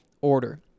order